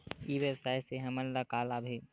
ई व्यवसाय से हमन ला का लाभ हे?